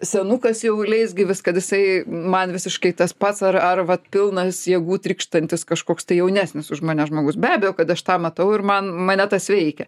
senukas jau leisgyvis kad jisai man visiškai tas pats ar ar vat pilnas jėgų trykštantis kažkoks tai jaunesnis už mane žmogus be abejo kad aš tą matau ir man mane tas veikia